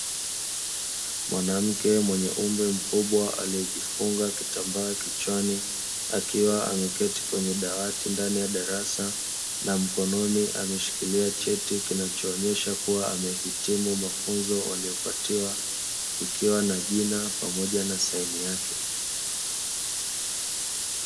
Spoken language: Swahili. Mwanamke mwenye umri mkubwa aliyejifunga kitambaa kichwani ameketi ndani ya darasa na mkononi ameshikilia cheti kinachoonesha kuwa amehitimu mafunzo waliyopatiwa, kikiwa na jina pamoja na saini yake.